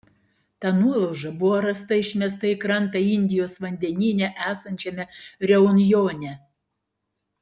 ta nuolauža buvo rasta išmesta į krantą indijos vandenyne esančiame reunjone